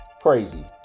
crazy